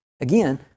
again